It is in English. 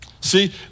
See